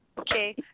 Okay